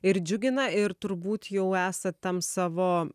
ir džiugina ir turbūt jau esat tam savo